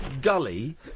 gully